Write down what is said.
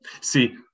see